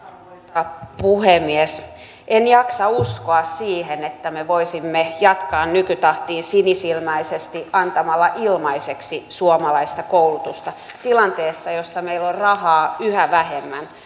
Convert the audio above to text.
arvoisa puhemies en jaksa uskoa siihen että me voisimme jatkaa nykytahtiin sinisilmäisesti antamalla ilmaiseksi suomalaista koulutusta tilanteessa jossa meillä on rahaa yhä vähemmän